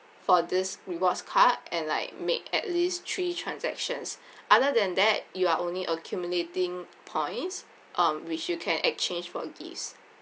for this rewards card and like make at least three transactions other than that you are only accumulating points um which you can exchange for gifts